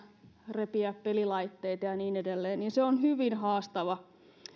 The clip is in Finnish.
repiä pelilaitteita ja niin edelleen on hyvin haastava